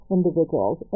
individuals